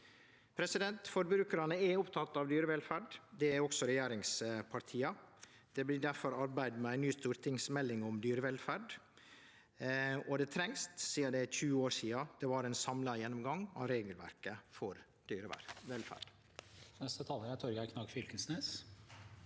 fiskeprodukt. Forbrukarane er opptekne av dyrevelferd. Det er også regjeringspartia. Det blir difor arbeidd med ei ny stortingsmelding om dyrevelferd, og det trengst, sidan det er 20 år sidan det var ein samla gjennomgang av regelverket for dyrevelferd.